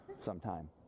sometime